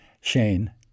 Shane